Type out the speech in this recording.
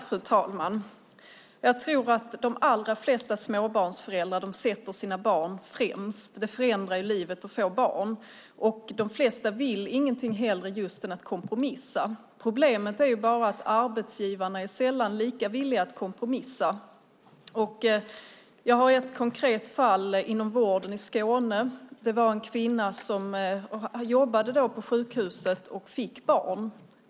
Fru talman! Jag tror att de allra flesta småbarnsföräldrar sätter sina barn främst. Det förändrar livet att få barn. De flesta vill inget hellre än att kompromissa. Problemet är att arbetsgivarna sällan är lika villiga att kompromissa. Jag har ett konkret fall från vården i Skåne. En kvinna som jobbade på ett sjukhus fick barn.